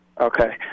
Okay